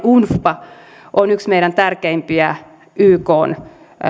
unfpa on yksi meidän tärkeimpiä ykn